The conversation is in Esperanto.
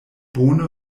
bone